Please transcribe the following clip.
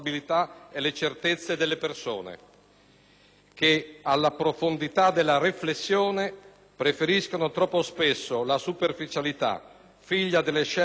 che, alla profondità della riflessione, preferiscono troppo spesso la superficialità, figlia delle scelte immediate, ma non ragionate.